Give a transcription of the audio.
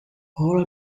all